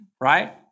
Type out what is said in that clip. right